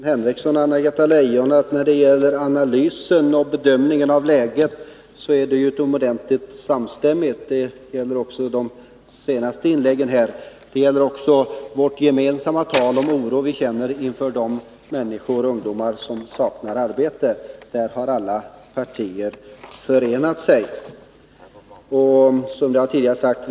Herr talman! Jag kan säga till både Sven Henricsson och Anna-Greta Leijon att när det gäller analysen av läget är samstämmigheten utomordentligt stor— det visar också de senaste inläggen i denna debatt. Detsamma gäller den oro som vi inom alla partier känner för de ungdomar som saknar arbete.